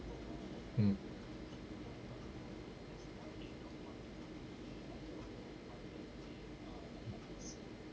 mm